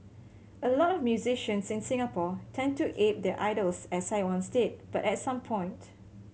a lot of musicians in Singapore tend to ape their idols as I once did but at some point